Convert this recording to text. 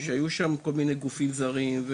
היו שם כל מיני גופים זרים,